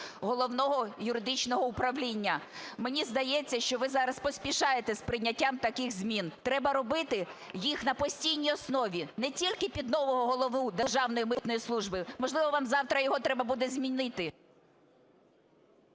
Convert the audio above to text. Головного юридичного управління. Мені здається, що ви зараз поспішаєте з прийняттям таких змін. Треба робити їх на постійній основі. Не тільки під нового голову Державної митної служби, можливо, вам завтра його треба буде змінити...